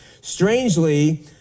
Strangely